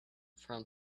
from